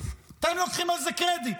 אתם לוקחים על זה קרדיט.